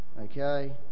Okay